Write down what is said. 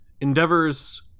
Endeavor's